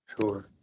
Sure